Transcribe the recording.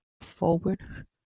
forward